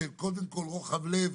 של קודם כול רוחב לב,